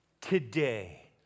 Today